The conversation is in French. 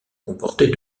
comportait